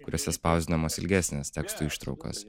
kuriuose spausdinamos ilgesnės tekstų ištraukos